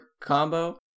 combo